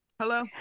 Hello